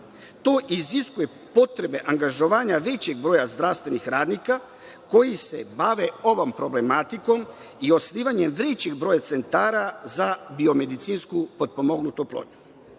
To iziskuje potrebe angažovanja većeg broja zdravstvenih radnika koji se bave ovom problematikom i osnivanje većeg broja centara za biomedicinsku potpomognutu oplodnju. Na